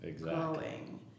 growing